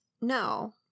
no